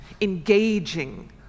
engaging